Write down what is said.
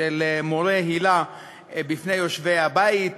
עניינם של מורי היל"ה בפני יושבי הבית,